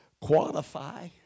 qualify